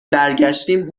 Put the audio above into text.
برگشتیم